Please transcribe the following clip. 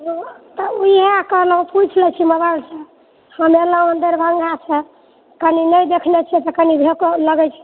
तऽ उएह कहलहुँ पूछि लैत छी मगर हम एलहुँ दरभङ्गासँ कनि नहि देखने छियै तऽ कनि लगैत छै